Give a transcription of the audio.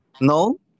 No